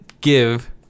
give